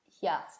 Yes